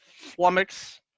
flummox